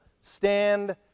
Stand